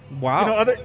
Wow